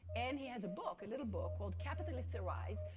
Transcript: and he has a book, a little book called capitalists arise,